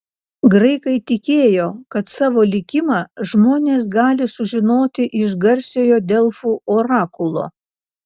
graikai tikėjo kad savo likimą žmonės gali sužinoti iš garsiojo delfų orakulo